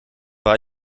war